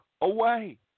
away